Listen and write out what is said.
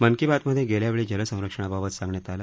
मन की बातमध्ये गेल्यावेळी जल संरक्षणाबाबत सांगण्यात आले